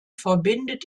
verbindet